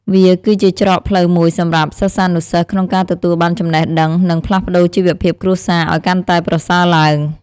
វាគឺជាច្រកផ្លូវមួយសម្រាប់សិស្សានុសិស្សក្នុងការទទួលបានចំណេះដឹង និងផ្លាស់ប្តូរជីវភាពគ្រួសារឱ្យកាន់តែប្រសើរឡើង។